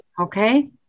okay